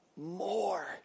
more